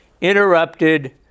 interrupted